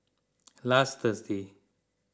last Thursday